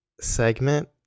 segment